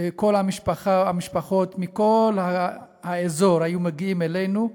כל המשפחות מכל האזור היו מגיעות אלינו,